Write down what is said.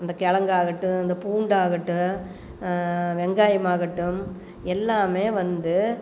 இந்த கிழங்காகட்டும் இந்த பூண்டாகட்டும் வெங்காயமாகட்டும் எல்லாம் வந்து